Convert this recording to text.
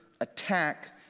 attack